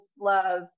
love